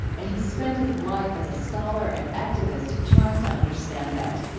and he's spent his life as a scholar and activist trying to understand that.